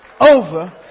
over